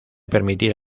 permitir